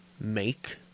make